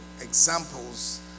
examples